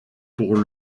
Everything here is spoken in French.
pour